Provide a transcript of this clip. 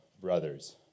brothers